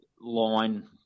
line